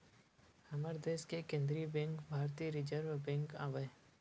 हमर देस के केंद्रीय बेंक भारतीय रिर्जव बेंक आवय